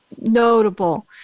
notable